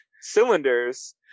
cylinders